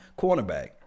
cornerback